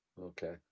okay